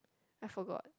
I forgot